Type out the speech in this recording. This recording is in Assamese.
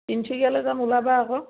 তিনিচুকীয়ালৈ যাম ওলাবা আকৌ